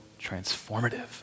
transformative